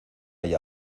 ahí